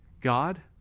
God